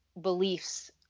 beliefs